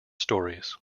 stories